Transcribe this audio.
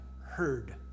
heard